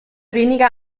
weniger